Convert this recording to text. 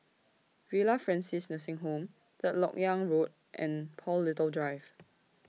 Villa Francis Nursing Home Third Lok Yang Road and Paul Little Drive